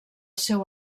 seu